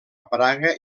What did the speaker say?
praga